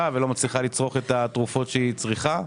ולא מצליחה לצרוך את התרופות שהיא צריכה.